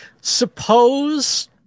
suppose